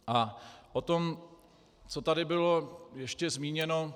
A o tom, co tady bylo ještě zmíněno.